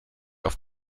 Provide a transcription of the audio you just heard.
auf